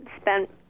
spent